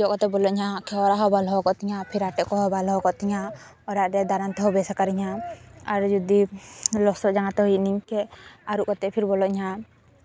ᱡᱚᱜ ᱠᱟᱛᱮ ᱵᱚᱞᱚᱜ ᱟᱹᱧ ᱦᱟᱸᱜ ᱚᱲᱟᱜ ᱦᱚᱸ ᱵᱟᱝ ᱞᱚᱦᱚᱫᱚᱜ ᱛᱤᱧᱟᱹ ᱯᱷᱤᱨ ᱟᱴᱮᱫ ᱠᱚᱦᱚᱸ ᱵᱟᱝ ᱞᱚᱦᱚᱫᱚᱜ ᱛᱤᱧᱟᱹ ᱚᱲᱟᱜ ᱛᱨᱮ ᱫᱟᱬᱟᱱ ᱛᱮᱦᱚᱸ ᱵᱮᱥ ᱟᱠᱟᱨᱤᱧ ᱦᱟᱸᱜ ᱟᱨ ᱡᱚᱫᱤ ᱞᱚᱥᱚᱫ ᱡᱟᱸᱜᱟ ᱛᱮ ᱦᱮᱡ ᱱᱟᱹᱧ ᱟᱹᱨᱩᱵ ᱠᱟᱛᱮ ᱯᱷᱤᱨ ᱵᱚᱞᱚᱜ ᱟᱹᱧ ᱦᱟᱸᱜ